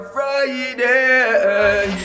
Friday